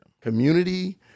community